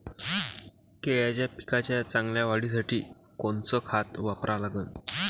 केळाच्या पिकाच्या चांगल्या वाढीसाठी कोनचं खत वापरा लागन?